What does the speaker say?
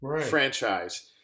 franchise